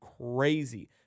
crazy